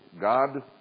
God